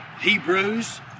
Hebrews